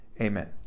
Amen